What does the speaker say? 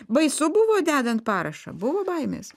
baisu buvo dedant parašą buvo baimės